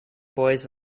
boys